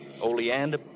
Oleander